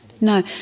No